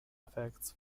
effects